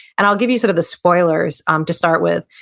and i'll give you sort of the spoilers um to start with.